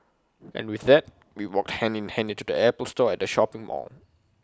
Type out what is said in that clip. and with that we walked hand in hand into the Apple store at the shopping mall